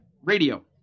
Radio